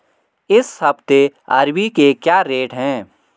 इस हफ्ते अरबी के क्या रेट हैं?